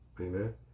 Amen